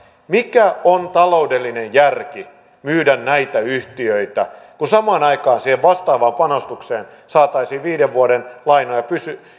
mikä taloudellinen järki on tässä tilanteessa myydä näitä yhtiöitä kun samaan aikaan siihen vastaavaan panostukseen saataisiin viiden vuoden lainoja